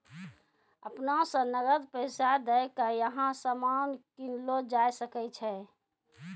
अपना स नकद पैसा दै क यहां सामान कीनलो जा सकय छै